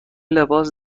لباس